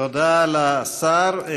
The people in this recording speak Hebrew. תודה לשר.